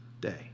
day